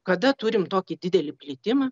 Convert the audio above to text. kada turim tokį didelį plitimą